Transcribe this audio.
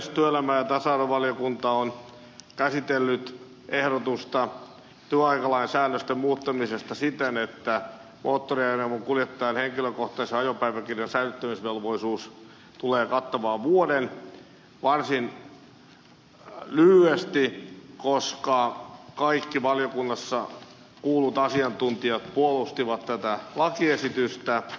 työelämä ja tasa arvovaliokunta on käsitellyt ehdotusta työaikalain säännösten muuttamisesta siten että moottoriajoneuvon kuljettajan henkilökohtaisen ajopäiväkirjan säilyttämisvelvollisuus tulee kattamaan vuoden varsin lyhyesti koska kaikki valiokunnassa kuullut asiantuntijat puolustivat tätä lakiesitystä